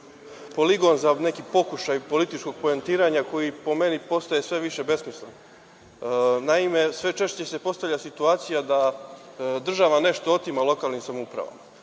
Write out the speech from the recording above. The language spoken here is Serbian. poligon za neki pokušaj političkog poentiranja, koje po meni postaje sve više besmisleno. Naime, sve češće se postavlja situacija da država nešto otima lokalnim samoupravama,